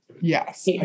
Yes